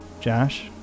Josh